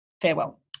farewell